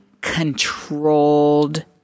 controlled